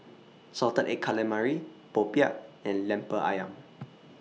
Salted Egg Calamari Popiah and Lemper Ayam